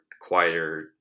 quieter